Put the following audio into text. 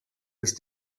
des